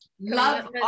love